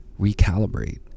recalibrate